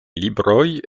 libroj